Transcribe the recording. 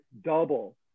double